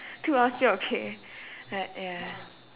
two hours still okay but ya